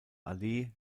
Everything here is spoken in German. allee